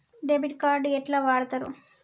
Debit card ఎట్లా వాడుతరు?